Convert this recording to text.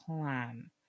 plan